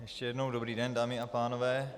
Ještě jednou dobrý den, dámy a pánové.